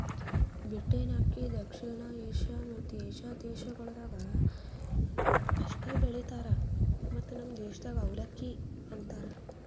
beaten ಅಕ್ಕಿ ದಕ್ಷಿಣ Asia ಮತ್ತ ಏಷ್ಯಾದ ದೇಶಗೊಳ್ದಾಗ್ ಅಷ್ಟೆ ಬೆಳಿತಾರ್ ಮತ್ತ ನಮ್ ದೇಶದಾಗ್ ಅವಲಕ್ಕಿ ಅಂತರ್